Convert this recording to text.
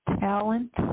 talent